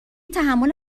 تحمل